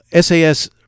SAS